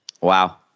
Wow